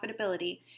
profitability